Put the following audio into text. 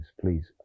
Please